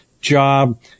job